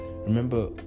remember